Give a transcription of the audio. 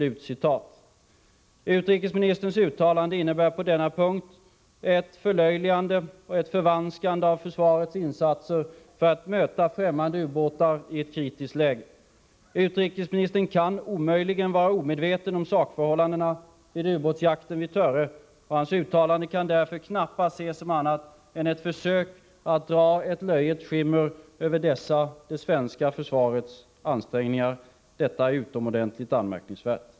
Utrikesministerns uttalande innebär på denna punkt ett förlöjligande och förvanskande av försvarets insatser för att möta främmande ubåtar i ett kritiskt läge. Utrikesministern kan omöjligen vara omedveten om sakförhållandena vid ubåtsjakten vid Töre, och hans uttalande kan därför knappast ses som annat än ett försök att sprida ett löjets skimmer över dessa det svenska försvarets ansträngningar. Detta är utomordentligt anmärkningsvärt.